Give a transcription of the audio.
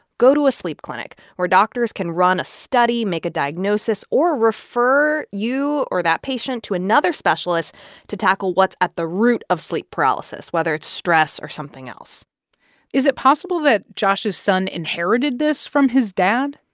go to a sleep clinic where doctors can run a study, make a diagnosis or refer you or that patient to another specialist to tackle what's at the root of sleep paralysis, whether it's stress or something else is it possible that josh's son inherited this from his dad?